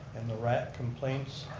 and the rat complaints,